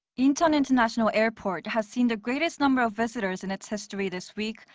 incheon international airport has seen the greatest number of visitors in its history this week,